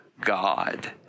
God